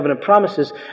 promises